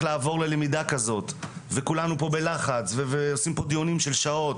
לעבור ללמידה כזאת וכולנו פה בלחץ ועושים פה דיונים של שעות.